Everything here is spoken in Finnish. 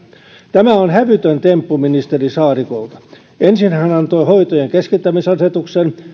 tämä on hävytön temppu ministeri saarikolta ensin hän antoi hoitojen keskittämisasetuksen